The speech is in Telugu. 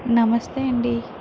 నమస్తే అండి